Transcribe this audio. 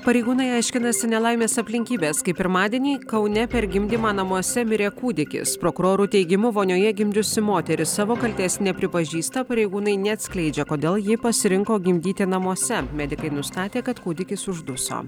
pareigūnai aiškinasi nelaimės aplinkybes kai pirmadienį kaune per gimdymą namuose mirė kūdikis prokurorų teigimu vonioje gimdžiusi moteris savo kaltės nepripažįsta pareigūnai neatskleidžia kodėl ji pasirinko gimdyti namuose medikai nustatė kad kūdikis užduso